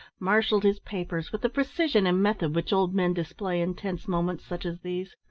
marshalled his papers with the precision and method which old men display in tense moments such as these.